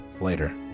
later